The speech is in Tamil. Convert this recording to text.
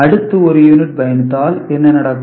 அடுத்து 1 யூனிட் பயணித்தால் என்ன நடக்கும்